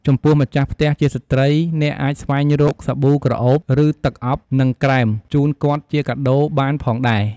ចំពោះម្ចាស់ផ្ទះជាស្ត្រីអ្នកអាចស្វែងរក សាប៊ូក្រអូប ឬទឹកអប់ និងក្រែមជូនគាត់ជាកាដូរបានផងដែរ។